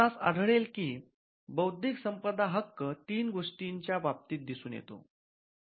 आपणास आढळेल की बौद्धिक संपदा हक्क 3 गोष्टीच्या बाबतीत दिसून येतो